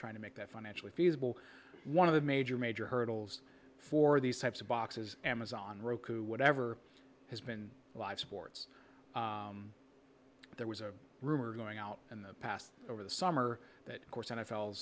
trying to make that financially feasible one of the major major hurdles for these types of boxes amazon roku whatever has been live sports but there was a rumor going out in the past over the summer that course n